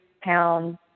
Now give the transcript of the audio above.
pound